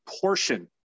portion